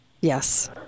Yes